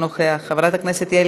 חבר הכנסת ג'אמל זחאלקה,